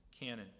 canon